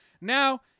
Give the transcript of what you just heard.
Now